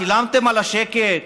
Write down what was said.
שילמתם על השקט?